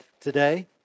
today